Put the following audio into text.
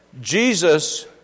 Jesus